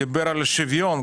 שדיבר על שוויון.